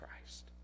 christ